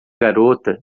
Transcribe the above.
garota